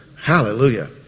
Hallelujah